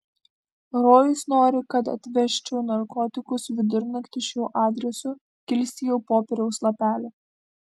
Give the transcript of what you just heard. rojus nori kad atvežčiau narkotikus vidurnaktį šiuo adresu kilstelėjau popieriaus lapelį